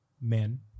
men